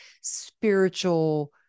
spiritual